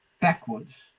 backwards